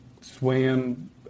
swam